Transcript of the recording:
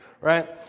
right